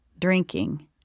drinking